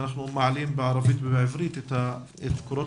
אנחנו מעלים בערבית ובעברית את קורות